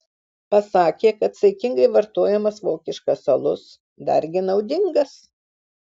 pasakė kad saikingai vartojamas vokiškas alus dargi naudingas